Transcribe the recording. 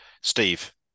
Steve